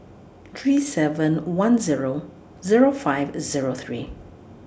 three seven one Zero Zero five Zero three